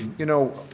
you know